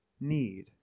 need